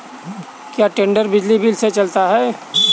क्या टेडर बिजली से चलता है?